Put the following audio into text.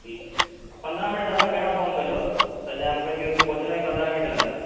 ठीकु आहे पंद्रहां मिंट दादा पहिरियों फोन कजो त छाहे मूंखे बि हुते पहुचण में पंद्रहां वीह मिंट लॻंदा